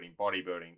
bodybuilding